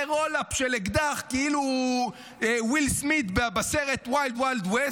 רול-אפ של אקדח כאילו הוא ויל סמית' בסרט Wild Wild West,